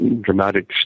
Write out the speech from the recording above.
dramatic